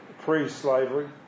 pre-slavery